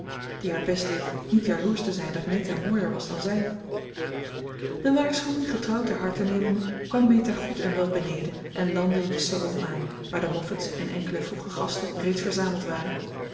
die haar best deed niet jaloersch te zijn dat meta mooier was dan zij de waarschuwing getrouw ter harte nemende kwam meta goed en wel beneden en landde in de salon aan waar de moffats en enkele vroege gasten reeds verzameld waren